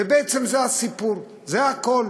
ובעצם זה הסיפור, זה הכול: